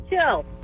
Chill